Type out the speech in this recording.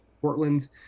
Portland